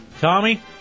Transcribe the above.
Tommy